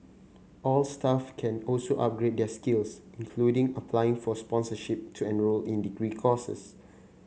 all staff can also upgrade their skills including applying for sponsorship to enrol in degree courses